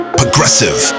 progressive